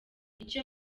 icyo